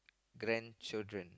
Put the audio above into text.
grandchildren